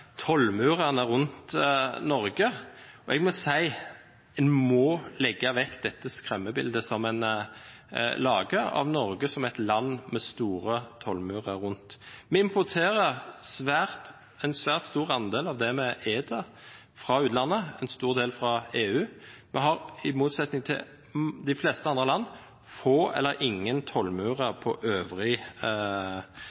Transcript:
tollmurene rundt Norge. Jeg må si at man må legge vekk dette skremmebildet som man lager av Norge som et land med høye tollmurer rundt. Vi importerer en svært stor andel av det vi spiser, fra utlandet, en stor del er fra EU. Vi har, i motsetning til de fleste andre land, få eller ingen tollmurer på øvrig